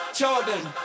jordan